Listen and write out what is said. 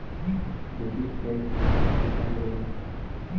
Debit ಡೈಟ್ ಅಂತಂದ್ರೇನು?